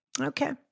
Okay